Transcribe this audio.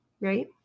right